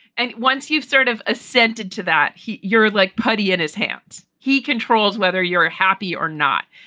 and once you've sort of ascended to that heat, you're like putty in his hands. he controls whether you're happy or not.